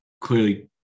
clearly